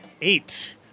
eight